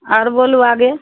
आओर बोलू आगे